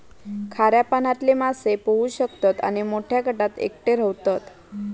खाऱ्या पाण्यातले मासे पोहू शकतत आणि मोठ्या गटात एकटे रव्हतत